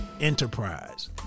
enterprise